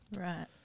right